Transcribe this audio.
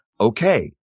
Okay